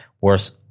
worse